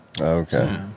Okay